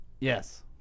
Yes